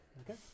Okay